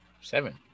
Seven